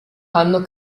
hanno